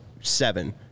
seven